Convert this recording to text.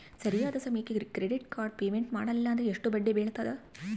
ಸರಿಯಾದ ಸಮಯಕ್ಕೆ credit card payment ಮಾಡಲಿಲ್ಲ ಅಂದ್ರೆ ಎಷ್ಟು ಬಡ್ಡಿ ಬೇಳ್ತದ?